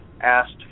asked